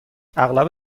اغلب